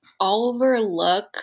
overlook